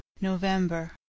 November